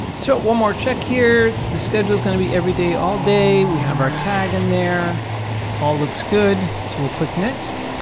so one more check here, the schedule is going to be every day, all day, we have our tag in there all looks good. so we'll click next.